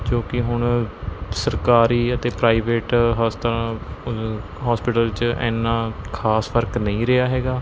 ਜੋ ਕਿ ਹੁਣ ਸਰਕਾਰੀ ਅਤੇ ਪ੍ਰਾਈਵੇਟ ਹਸਪਤਾਲ ਹੋਸਪਿਟਲ 'ਚ ਇੰਨਾ ਖਾਸ ਫਰਕ ਨਹੀਂ ਰਿਹਾ ਹੈਗਾ